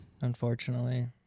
Unfortunately